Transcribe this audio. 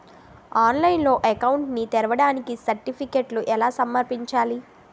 ఆన్లైన్లో అకౌంట్ ని తెరవడానికి సర్టిఫికెట్లను ఎలా సమర్పించాలి?